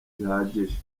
zihagije